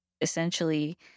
essentially